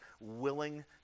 willing